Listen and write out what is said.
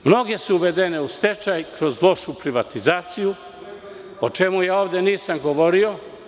Mnoge su uvedene u stečaj kroz lošu privatizaciju, o čemu ja ovde nisam govorio.